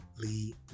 Lee